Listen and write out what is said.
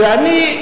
שאני,